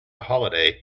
holiday